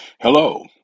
hello